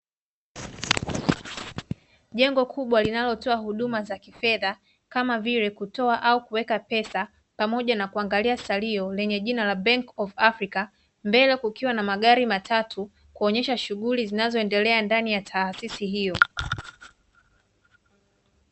Jengo kubwa linalotoa huduma za kifedha, kama vile kutoa au kuweka pesa pamoja na kuangalia salio lenye jina la" bank of Africa" mbele kukiwa na magari matatu, kuonyesha shughuli zinazoendelea ndani ya taasisi hiyo.